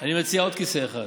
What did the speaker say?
אני מציע עוד כיסא אחד.